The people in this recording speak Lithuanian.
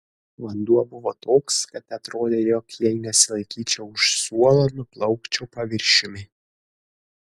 vanduo buvo toks kad atrodė jog jei nesilaikyčiau už suolo nuplaukčiau paviršiumi